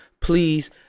please